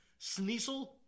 Sneasel